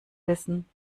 wissen